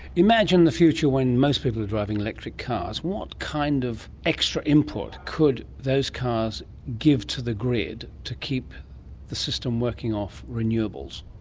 imagine the future when most people are driving electric cars, what kind of extra input could those cars give to the grid to keep the system working off renewables?